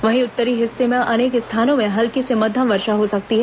वहीं उत्तरी हिस्से में अनेक स्थानों में हल्की से मध्यम वर्षा हो सकती है